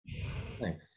Thanks